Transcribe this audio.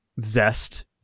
zest